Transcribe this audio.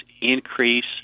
increase